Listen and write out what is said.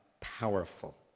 powerful